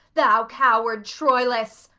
thou coward troilus!